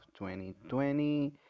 2020